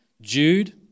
Jude